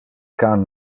can